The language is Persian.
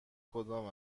کدام